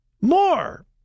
more